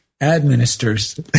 Administers